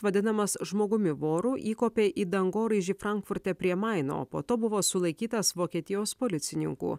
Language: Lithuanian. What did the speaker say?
vadinamas žmogumi voru įkopė į dangoraižį frankfurte prie maino o po to buvo sulaikytas vokietijos policininkų